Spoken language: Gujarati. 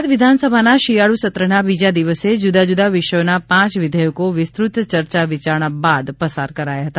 ગૂજરાત વિધાનસભાના શિયાળુસત્રના બીજા દિવસે જુદા જુદા વિષયોના પાંચ વિધેયકો વિસ્તૃત યર્યાવિયારણા બાદ પસાર કરાયા હતા